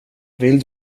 vill